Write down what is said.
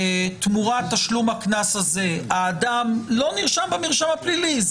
שתמורת תשלום הקנס הזה האדם לא נרשם במרשם הפלילי,